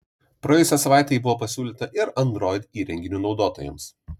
praėjusią savaitę ji buvo pasiūlyta ir android įrenginių naudotojams